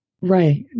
Right